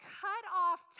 cut-off